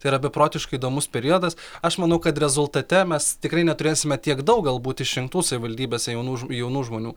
tai yra beprotiškai įdomus periodas aš manau kad rezultate mes tikrai neturėsime tiek daug galbūt išrinktų savivaldybėse jaunų jaunų žmonių